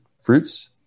fruits